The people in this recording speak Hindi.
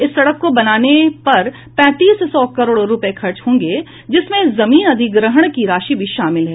इस सड़क को बनाने पर पैंतीस सौ करोड़ रूपये खर्च होंगे जिसमें जमीन अधिग्रहण की राशि भी शामिल है